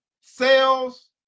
sales